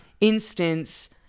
instance